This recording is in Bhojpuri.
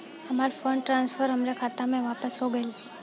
हमार फंड ट्रांसफर हमरे खाता मे वापस हो गईल